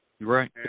Right